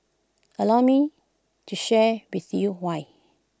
allow me to share with you why